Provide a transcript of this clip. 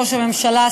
ראש הממשלה,